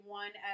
one